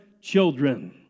children